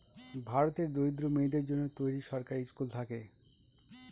ভারতের দরিদ্র মেয়েদের জন্য তৈরী সরকারি স্কুল থাকে